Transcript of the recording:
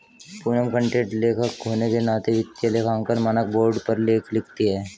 Poonam content लेखक होने के नाते वित्तीय लेखांकन मानक बोर्ड पर लेख लिखती है